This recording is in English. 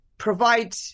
provide